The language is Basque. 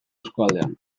eskualdean